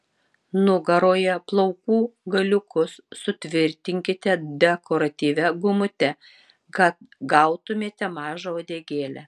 nugaroje plaukų galiukus sutvirtinkite dekoratyvia gumute kad gautumėte mažą uodegėlę